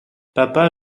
papa